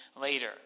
later